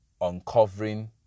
uncovering